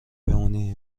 بمونی